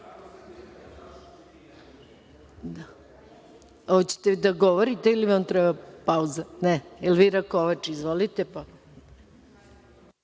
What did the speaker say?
Hvala.